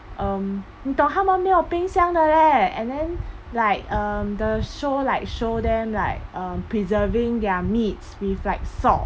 um 你懂他们没有冰箱的 leh and then like um the show like show them like um preserving their meats with like salt